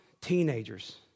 teenagers